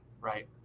right